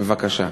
בבקשה.